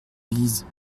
lisent